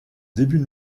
début